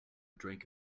drink